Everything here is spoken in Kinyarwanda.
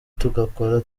tugakora